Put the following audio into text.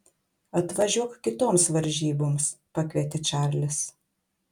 atvažiuok kitoms varžyboms pakvietė čarlis